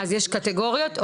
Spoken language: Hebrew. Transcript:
יש קטגוריות?